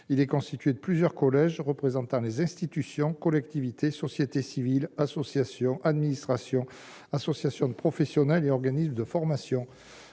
Il est constitué de plusieurs collèges représentant les institutions, les collectivités, les sociétés civiles, les associations, les administrations, les associations de professionnels et les organismes de formation.